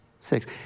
six